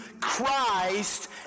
Christ